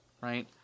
right